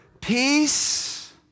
Peace